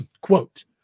quote